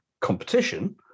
competition